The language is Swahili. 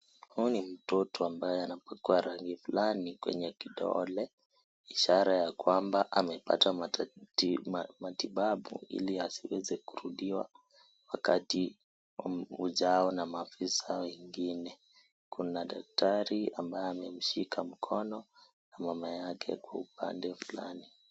Huyu ni mtoto ambaye anapakwa rangi fulani kwenye kidole, ishara ya kwamba amepata matibabu ili asiweze kurudiwa wakati ujao na maafisa wengine, kuna daktari ambaye amemshika mkono na mama yake kwa upande fulani.